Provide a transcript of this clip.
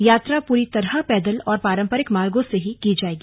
यात्रा पूरी तरह पैदल और पारंपरिक मार्गो से ही की जाएगी